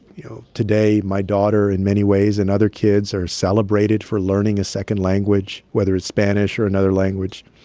you know, today, my daughter in many ways and other kids are celebrated for learning a second language, whether it's spanish or another language,